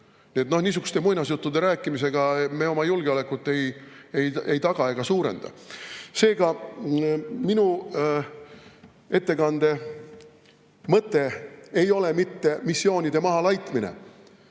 peegeldu ju. Niisuguste muinasjuttude rääkimisega me oma julgeolekut ei taga ega suurenda. Seega minu ettekande mõte ei ole mitte missioonide mahalaitmine,